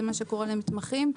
זה מה שקורה למתמחים.